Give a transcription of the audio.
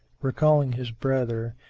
recalling his brother,